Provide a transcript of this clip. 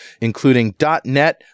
including.NET